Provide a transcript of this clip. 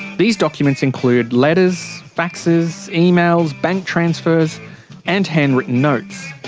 these documents include letters, faxes, emails, bank transfers and handwritten notes.